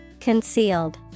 Concealed